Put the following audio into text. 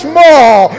more